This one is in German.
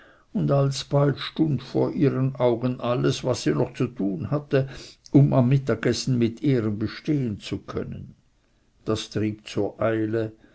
und alsobald stund vor ihren augen alles was sie noch zu tun hatte um am mittagessen mit ehren bestehen zu können das trieb zur eile